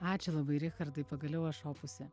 ačiū labai richardai pagaliau aš opuse